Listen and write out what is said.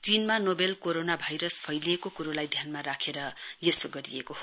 चीनमा novel corona virus फैलिएको कुरोलाई ध्यानमा राखेर यसो गरिएको हो